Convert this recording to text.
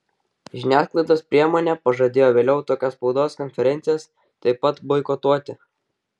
žiniasklaidos priemonė pažadėjo vėliau tokias spaudos konferencijas taip pat boikotuoti